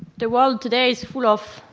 the world today is full of